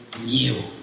new